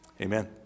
Amen